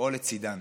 לפעול לצידן.